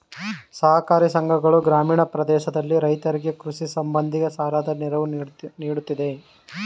ಸಹಕಾರಿ ಸಂಘಗಳು ಗ್ರಾಮೀಣ ಪ್ರದೇಶದಲ್ಲಿ ರೈತರಿಗೆ ಕೃಷಿ ಸಂಬಂಧಿ ಸಾಲದ ನೆರವು ನೀಡುತ್ತಿದೆ